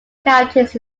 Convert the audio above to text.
counties